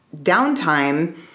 downtime